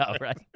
right